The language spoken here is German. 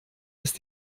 ist